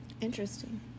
Interesting